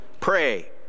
pray